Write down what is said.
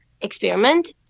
experiment